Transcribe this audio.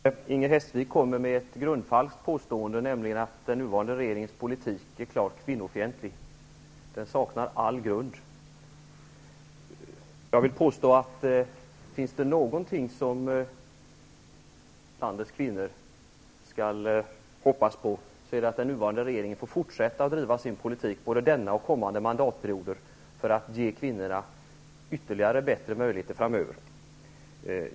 Herr talman! Inger Hestvik kommer med ett grundfalskt påstående, nämligen att den nuvarande regeringens politik är klart kvinnofientlig. Det saknar all grund. Jag vill påstå att om det är något landets kvinnor skall hoppas är det att den nuvarande regeringen får fortsätta att driva sin politik under både denna och kommande mandatperioder för att ge kvinnorna ytterligare bättre möjligheter framöver.